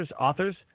authors